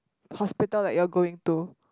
hospital that you are going to